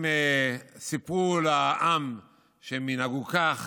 הם סיפרו לעם שהם ינהגו כך,